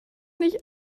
nicht